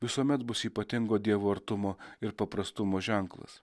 visuomet bus ypatingo dievo artumo ir paprastumo ženklas